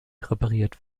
repariert